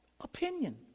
opinion